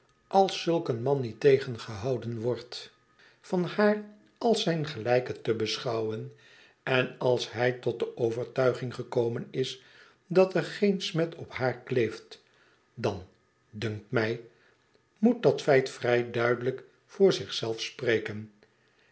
als zulk een man niet teruggehouden wordt van haar als zijn gelijke te beschouwen en als hij tot de overtuiging gekomen is dat er geen smet op haar kleeft dan dunkt mij moet dat feit vrij duidelijk voor zich zelf spreken